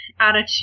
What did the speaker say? attitude